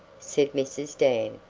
said mrs. dan,